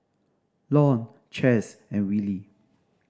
Lon Chaz and Willie